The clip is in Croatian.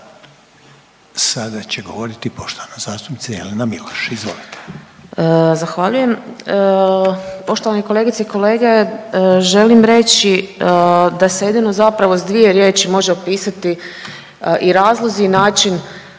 Sada će govoriti poštovana zastupnica Jelena Miloš. Izvolite.